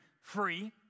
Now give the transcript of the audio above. free